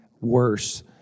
worse